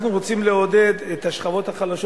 אנחנו רוצים לעודד את השכבות החלשות